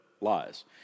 lies